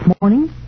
morning